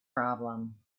problem